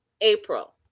april